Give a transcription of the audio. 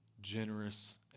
generous